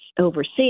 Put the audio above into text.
overseas